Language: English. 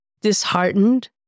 disheartened